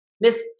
Miss